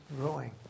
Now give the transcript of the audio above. growing